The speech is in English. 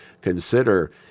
consider